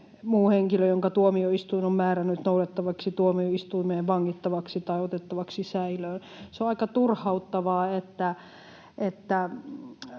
muu henkilö, jonka tuomioistuin on määrännyt noudettavaksi tuomioistuimeen, vangittavaksi tai otettavaksi säilöön. Se on aika turhauttavaa, että